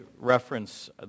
reference